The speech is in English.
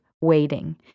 waiting